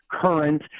current